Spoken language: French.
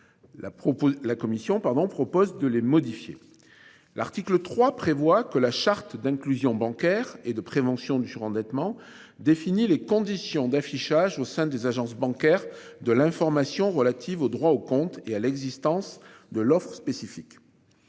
la commission pardon propose de les modifier. L'article 3 prévoit que la charte d'inclusion bancaire et de prévention du surendettement défini les conditions d'affichage au sein des agences bancaires de l'information relative au droit au compte et à l'existence de l'offre spécifique.